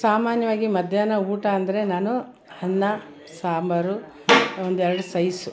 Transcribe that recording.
ಸಾಮಾನ್ಯವಾಗಿ ಮಧ್ಯಾಹ್ನ ಊಟ ಅಂದರೆ ನಾನು ಅನ್ನ ಸಾಂಬಾರು ಒಂದು ಎರ್ಡು ಸೈಸು